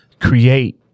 create